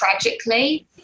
tragically